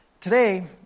Today